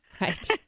Right